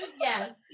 yes